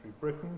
Britain